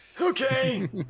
Okay